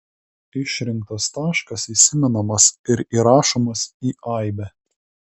išrinktas taškas įsimenamas ir įrašomas į aibę